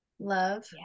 love